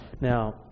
Now